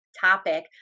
topic